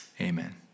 Amen